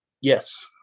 Yes